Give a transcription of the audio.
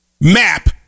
map